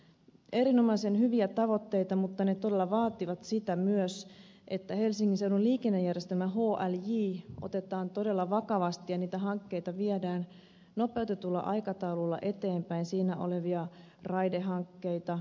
erinomaisen hyviä tavoitteita mutta ne todella vaativat myös sitä että helsingin seudun liikennejärjestelmä hlj otetaan todella vakavasti ja viedään nopeutetulla aikataululla eteenpäin siinä olevia raidehankkeita